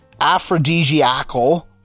aphrodisiacal